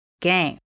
game